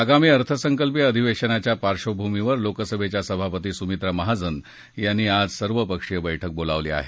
आगामी अर्थसंकल्पीय अधिवेशनाच्या पार्क्षभूमीवर लोकसभेच्या सभापती सूमित्रा महाजन यांनी आज सर्वपक्षीय बैठक बोलावली आहे